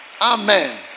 Amen